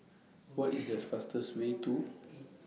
What IS The fastest Way to